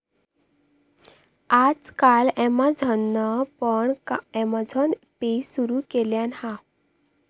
आज काल ॲमेझॉनान पण अँमेझॉन पे सुरु केल्यान हा